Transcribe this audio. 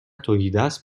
تهیدست